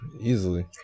easily